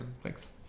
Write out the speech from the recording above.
Thanks